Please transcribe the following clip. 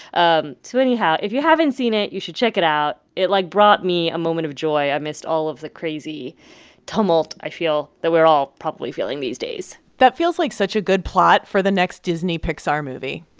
um anyhow, if you haven't seen it, you should check it out. it, like, brought me a moment of joy amidst all of the crazy tumult, i feel, that we're all probably feeling these days that feels like such a good plot for the next disney pixar movie.